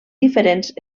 diferents